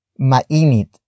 Mainit